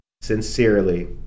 sincerely